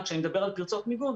כשאני מדבר על פרצות מיגון,